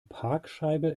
parkscheibe